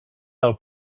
del